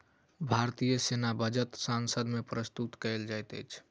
भारतीय सेना बजट संसद मे प्रस्तुत कयल जाइत अछि